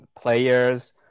players